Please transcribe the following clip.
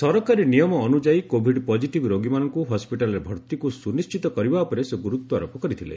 ସରକାରୀ ନିୟମ ଅନୁଯାୟୀ କୋଭିଡ୍ ପକିଟିଭ୍ ରୋଗୀମାନଙ୍କୁ ହସ୍କିଟାଲରେ ଭର୍ଭିକୁ ସୁନିଶ୍ଚିତ କରିବା ଉପରେ ସେ ଗୁରୁତ୍ୱାରୋପ କରିଥିଲେ